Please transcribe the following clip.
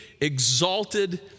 exalted